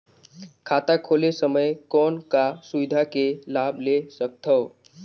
खाता खोले समय कौन का सुविधा के लाभ ले सकथव?